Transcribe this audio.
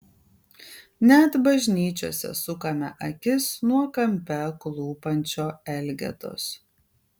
net bažnyčiose sukame akis nuo kampe klūpančio elgetos